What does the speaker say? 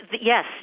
yes